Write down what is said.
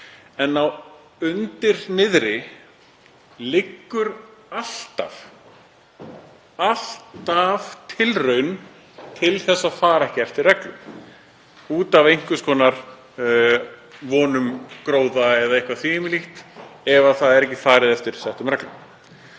En undir niðri liggur alltaf tilraun til að fara ekki eftir reglum út af einhvers konar von um gróða eða eitthvað því um líkt ef ekki er farið eftir settum reglum.